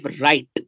right